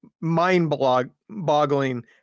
mind-boggling